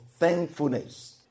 Thankfulness